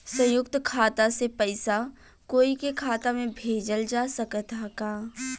संयुक्त खाता से पयिसा कोई के खाता में भेजल जा सकत ह का?